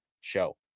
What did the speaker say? show